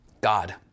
God